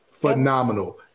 phenomenal